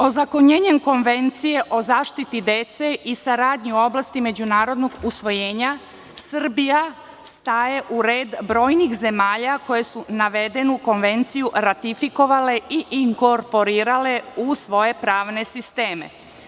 Ozakonjenjem Konvencije o zaštiti dece i saradnji u oblasti međunarodnog usvojenja Srbija staje u red brojnih zemalja koje su navedenu konvenciju ratifikovale i inkorporirale u svoje pravne sisteme.